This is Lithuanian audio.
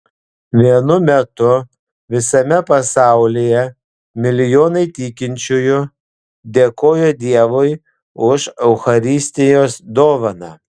vienu metu visame pasaulyje milijonai tikinčiųjų dėkojo dievui už eucharistijos dovaną